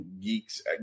geeks